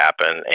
happen